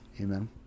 amen